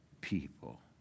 people